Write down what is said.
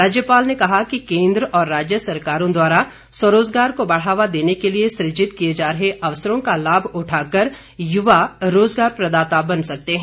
राज्यपाल ने कहा कि केन्द्र और राज्य सरकारों द्वारा स्वरोजगार को बढ़ावा देने के लिए सुजित किए जा रहे अवसरों का लाभ उठाकर युवा रोज़गार प्रदाता बन सकते हैं